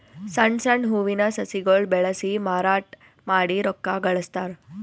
ಸಣ್ಣ್ ಸಣ್ಣ್ ಹೂವಿನ ಸಸಿಗೊಳ್ ಬೆಳಸಿ ಮಾರಾಟ್ ಮಾಡಿ ರೊಕ್ಕಾ ಗಳಸ್ತಾರ್